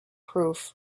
proof